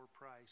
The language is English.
price